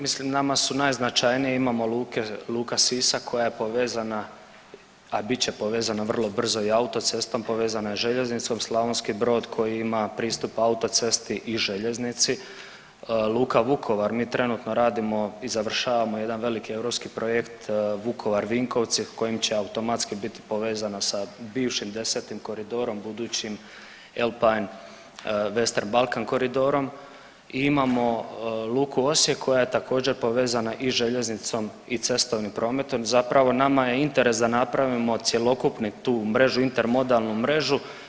Mislim nama su najznačajniji, imamo Luka Sisak koja je povezana, a bit će povezana vrlo brzo i autocestom, povezana je željeznicom, Slavonski Brod koji ima pristup autocesti i željeznici, Luka Vukovar, mi trenutno radimo i završavamo jedan veliki europski projekt Vukovar-Vinkovci kojim će automatski bit povezano sa bivšim 10. koridorom, budućim Alpine-Western Balkan koridorom i imamo Luku Osijek koja je također, povezana i željeznicom i cestovnim prometom, zapravo, nama je interes da napravimo cjelokupni tu mrežu, intermodalnu mrežu.